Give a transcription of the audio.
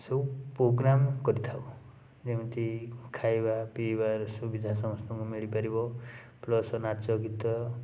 ସବୁ ପ୍ରୋଗ୍ରାମ୍ କରିଥାଉ ଯେମିତି ଖାଇବା ପିଈବା ସୁବିଧା ସମସ୍ତଙ୍କୁ ମିଳିପାରିବ ପ୍ଲସ୍ ନାଚଗୀତ